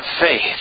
faith